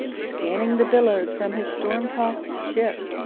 scanning the billows from his storm-tossed ship.